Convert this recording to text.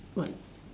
what